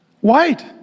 white